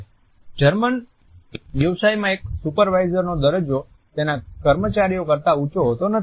German વ્યવસાયમાં એક સુપરવાઈઝરનો દરજ્જો તેના કર્મચારીઓ કરતા ઉચ્ચો હોતો નથી